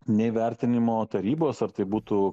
nei vertinimo tarybos ar tai būtų